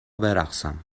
برقصم